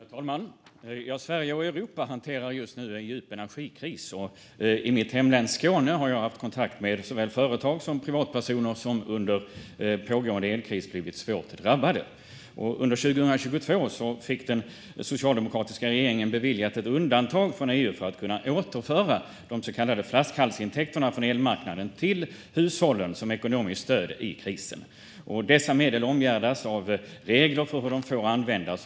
Herr talman! Sverige och Europa hanterar just nu en djup energikris. I mitt hemlän Skåne har jag haft kontakt med såväl företag som privatpersoner som under pågående elkris blivit svårt drabbade. Under 2022 fick den socialdemokratiska regeringen ett undantag beviljat av EU för att kunna återföra de så kallade flaskhalsintäkterna från elmarknaden till hushållen som ekonomiskt stöd i krisen. Dessa medel omgärdas av regler för hur de får användas.